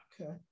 Okay